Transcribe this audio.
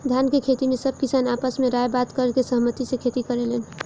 धान के खेती में सब किसान आपस में राय बात करके सहमती से खेती करेलेन